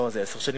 לא עשר שנים.